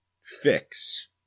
fix